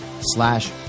slash